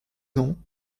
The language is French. ans